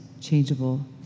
changeable